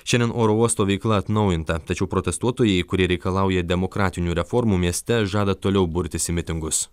šiandien oro uosto veikla atnaujinta tačiau protestuotojai kurie reikalauja demokratinių reformų mieste žada toliau burtis į mitingus